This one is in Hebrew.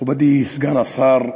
מכובדי סגן השר,